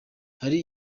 hari